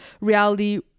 reality